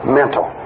mental